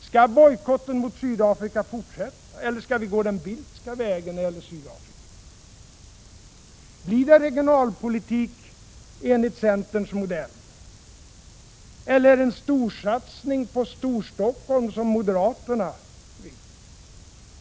Skall bojkotten mot Sydafrika fortsätta, eller skall vi gå den Bildtska vägen när det gäller Sydafrika? Blir det regionalpolitik enligt centerns modell, eller en storsatsning på Storstockholm, som moderaterna vill?